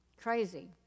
crazy